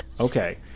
Okay